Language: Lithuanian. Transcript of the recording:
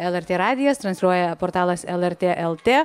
lrt radijas transliuoja portalas lrt lt